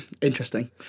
Interesting